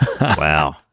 Wow